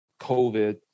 COVID